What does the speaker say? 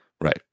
Right